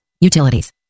Utilities